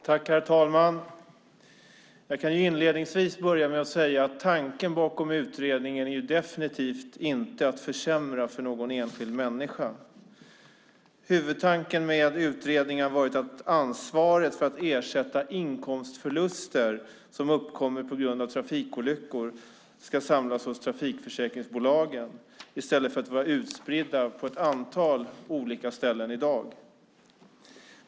Herr talman! Inledningsvis kan jag säga att tanken bakom utredningen definitivt inte är att försämra för någon enskild. Huvudtanken med utredningen har varit att ansvaret för att ersätta inkomstförluster som uppkommer på grund av trafikolyckor ska samlas hos trafikförsäkringsbolagen i stället för att, som i dag, vara utspridda på ett antal olika ställen.